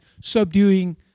subduing